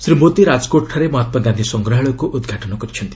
ଶ୍ରୀ ମୋଦି ରାଜକୋଟ୍ଠାରେ ମହାତ୍ଲାଗାନ୍ଧି ସଂଗ୍ରାହଳୟକୁ ଉଦ୍ଘାଟନ କରିଛନ୍ତି